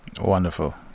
wonderful